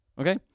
Okay